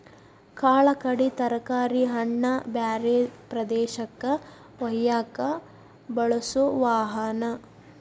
ಕಾಳ ಕಡಿ ತರಕಾರಿ ಹಣ್ಣ ಬ್ಯಾರೆ ಪ್ರದೇಶಕ್ಕ ವಯ್ಯಾಕ ಬಳಸು ವಾಹನಾ